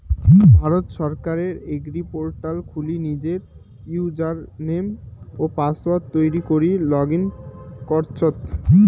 ভারত সরকারের এগ্রিপোর্টাল খুলি নিজের ইউজারনেম ও পাসওয়ার্ড তৈরী করি লগ ইন করচত